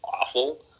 awful